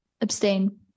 Abstain